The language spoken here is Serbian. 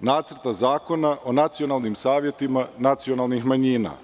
Nacrta zakona o nacionalnim savetima nacionalnih manjina.